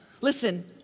listen